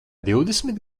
divdesmit